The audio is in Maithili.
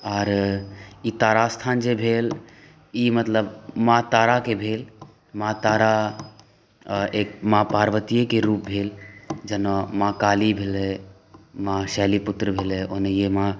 आर ई तारा स्थान जे भेल ई मतलब माँ ताराके भेल माँ तारा एक माँ पर्वतीये के रूप भेल जेना माँ काली भेलै माँ शैलपुत्री भेलै ओहिना माँ